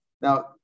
now